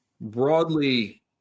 broadly